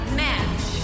match